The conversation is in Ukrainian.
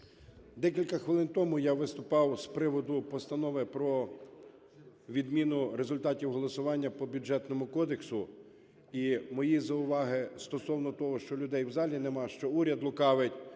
Декілька хвилин тому я виступав з приводу постанови про відміну результатів голосування по Бюджетному кодексу. І мої зауваги стосовно того, що людей в залі нема, що уряд лукавить,